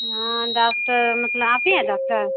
हाँ डाॅक्टर मतलब आप ही हैं डॉक्टर